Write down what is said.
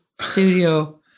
studio